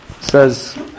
says